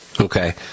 Okay